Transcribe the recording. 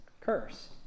curse